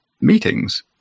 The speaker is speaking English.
meetings